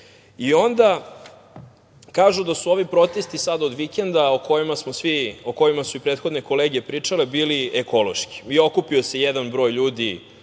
Onda kažu da su ovi protesti sada od vikenda o kojima su i prethodne kolege pričale bili ekološki i okupio se jedan broj ljudi